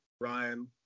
Ryan